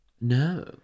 No